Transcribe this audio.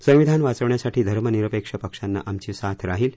संविधान वाचवण्यासाठी धर्मनिरपेक्ष पक्षाना आमची साथ राहिल